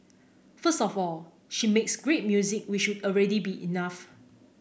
first of all she makes great music which would already be enough